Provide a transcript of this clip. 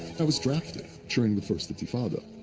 i was drafted during the first intifada,